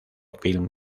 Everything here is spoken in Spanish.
film